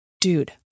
dude